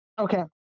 Okay